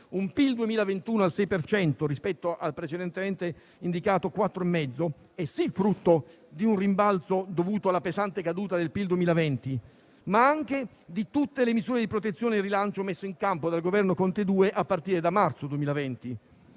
Un PIL 2021 al 6 per cento rispetto al precedentemente indicato 4,5 è, sì, frutto di un rimbalzo dovuto alla pesante caduta del PIL 2020, ma anche di tutte le misure di protezione e rilancio messe in campo dal Governo Conte II a partire dal marzo 2020.